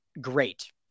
great